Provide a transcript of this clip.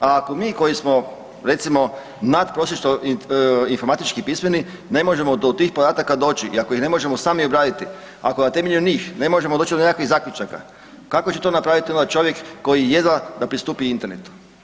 A ako mi koji smo recimo natprosječno informatički pismeni ne možemo do tih podataka doći i ako ih ne možemo sami obraditi, ako na temelju njih ne možemo doći do nekakvih zaključaka, kako će to napraviti onda čovjek koji jedva da pristupi Internetu?